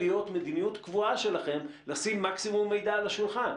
להיות מדיניות קבועה שלכם לשים מקסימום מידע על השולחן.